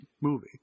movie